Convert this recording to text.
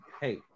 hey